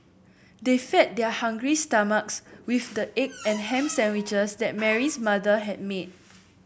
they fed their hungry stomachs with the egg and ham sandwiches that Mary's mother had made